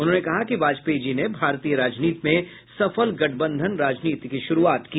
उन्होंने कहा कि वाजपेयी जी ने भारतीय राजनीति में सफल गठबंधन राजनीति की शुरूआत की